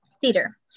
Cedar